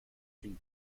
une